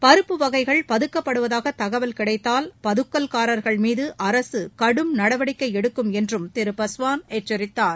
பருப்பு வகைகள் பதுக்கப்படுவதாக தகவல் கிடைத்தால் பதுக்கல்காரர்கள் மீது அரசு கடும் நடவடிக்கை எடுக்கும் என்றும் திரு பாஸ்வான் எச்சரித்தார்